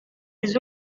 les